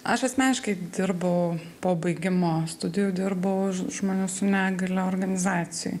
aš asmeniškai dirbau po baigimo studijų dirbau žmonių su negalia organizacijoj